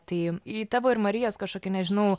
tai į tavo ir marijos kažkokį nežinau